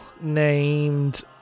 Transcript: named